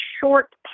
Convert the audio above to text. short